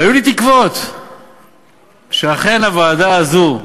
והיו לי תקוות שאכן הוועדה הזו,